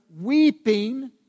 weeping